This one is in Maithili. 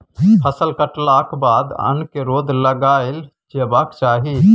फसल कटलाक बाद अन्न केँ रौद लगाएल जेबाक चाही